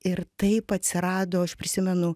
ir taip atsirado aš prisimenu